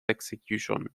execution